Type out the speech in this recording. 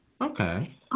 Okay